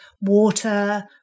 water